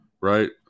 right